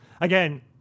Again